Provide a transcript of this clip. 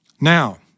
Now